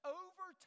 over